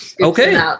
okay